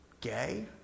gay